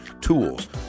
tools